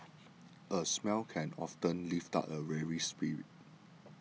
a smile can often lift up a weary spirit